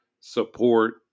support